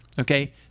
Okay